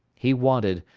he wanted,